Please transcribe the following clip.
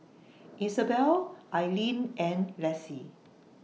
Isabelle Ailene and Lassie